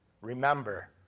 remember